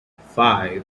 five